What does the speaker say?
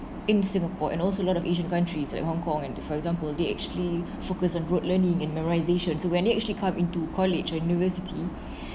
in singapore and also a lot of asian countries likehong kong and for example they actually focus on rote learning and memorisation so when they actually come into college or university